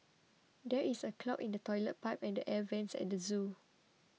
there is a clog in the Toilet Pipe and the Air Vents at the zoo